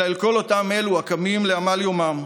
אלא אל כל אותם אלו הקמים לעמל יומם,